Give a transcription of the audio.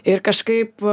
ir kažkaip